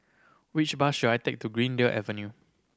which bus should I take to Greendale Avenue